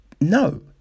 no